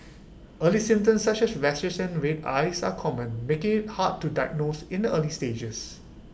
early symptoms such as rashes and red eyes are common making IT hard to diagnose in the early stages